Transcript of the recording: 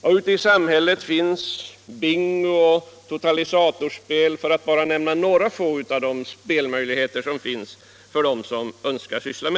Och ute i samhället finns bingo, totalisatorspel m.m., för att endast nämna några få spelformer som står till buds för dem som önskar spela.